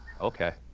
Okay